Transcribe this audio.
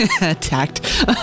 attacked